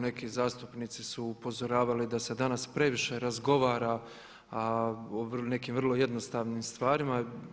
Neki zastupnici su upozoravali da se danas previše razgovara a o nekim vrlo jednostavnim stvarima.